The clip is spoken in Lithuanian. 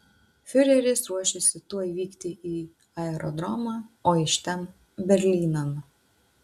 fiureris ruošėsi tuoj vykti į aerodromą o iš ten berlynan